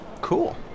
Cool